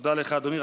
תודה לך, אדוני.